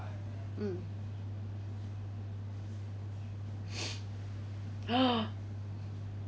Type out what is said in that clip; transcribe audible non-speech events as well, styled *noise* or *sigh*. mm *noise* ha